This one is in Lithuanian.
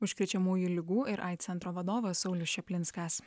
užkrečiamųjų ligų ir aids centro vadovas saulius čaplinskas